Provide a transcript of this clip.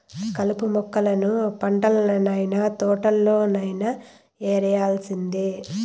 కలుపు మొక్కలను పంటల్లనైన, తోటల్లోనైన యేరేయాల్సిందే